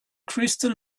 crystal